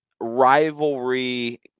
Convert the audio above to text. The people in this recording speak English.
Rivalry